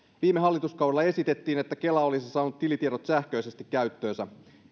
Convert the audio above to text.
viime hallituskaudella esitettiin että kela olisi saanut tilitiedot sähköisesti käyttöönsä